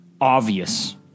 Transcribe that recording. obvious